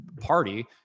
party